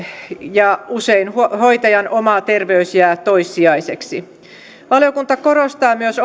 ja usein hoitajan oma terveys jää toissijaiseksi valiokunta korostaa myös